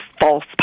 false